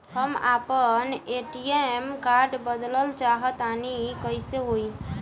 हम आपन ATM card बदलल चाह तनि कइसे होई?